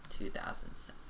2007